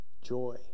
joy